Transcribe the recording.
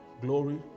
glory